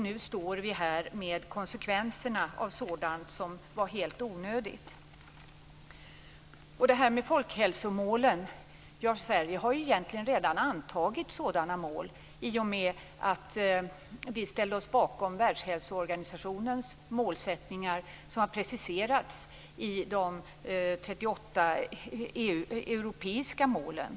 Nu står vi här med konsekvenser som är helt onödiga. Sverige har ju egentligen redan antagit folkhälsomål i och med att vi ställde oss bakom Världshälsoorganisationens målsättningar som har preciserats i de 38 europeiska målen.